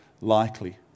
likely